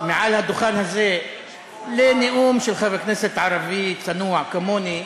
מעל הדוכן הזה לנאום של חבר כנסת ערבי צנוע כמוני,